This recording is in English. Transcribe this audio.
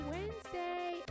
Wednesday